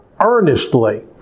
earnestly